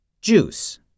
Juice